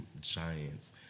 Giants